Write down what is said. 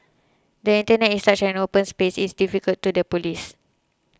the Internet is such an open space it's difficult to the police